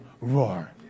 roar